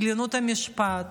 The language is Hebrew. עליונות המשפט.